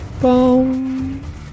boom